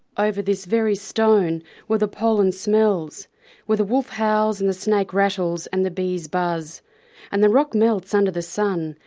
over this very stone were the pollen smells where the wolf howls and the snake rattles and the bees buzz and the rock melts under the sun.